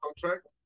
contract